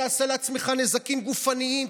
ותעשה לעצמך נזקים גופניים,